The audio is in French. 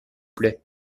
plait